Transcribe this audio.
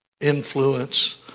influence